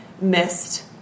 missed